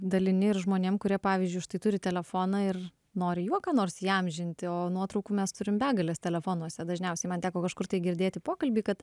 dalimi ir žmonėm kurie pavyzdžiui štai turi telefoną ir nori juo ką nors įamžinti o nuotraukų mes turim begales telefonuose dažniausiai man teko kažkur tai girdėti pokalbį kad